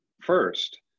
first